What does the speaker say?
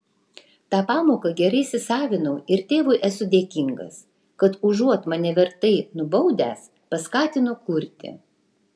tą pamoką gerai įsisavinau ir tėvui esu dėkingas kad užuot mane vertai nubaudęs paskatino kurti